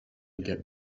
get